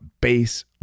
base